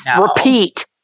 repeat